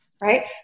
right